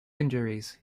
injuries